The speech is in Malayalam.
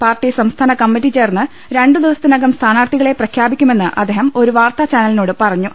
പാർട്ടി സംസ്ഥാന കമ്മറ്റി ചേർന്ന് രണ്ടു ദിവസത്തിനകം സ്ഥാനാർത്ഥികളെ പ്രഖ്യാപിക്കുമെന്ന് അദ്ദേഹം ഒരു വാർത്താചാനലിനോട് പറഞ്ഞു